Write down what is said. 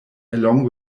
along